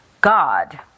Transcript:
God